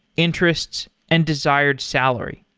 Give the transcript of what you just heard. interests and desired salary.